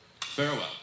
Farewell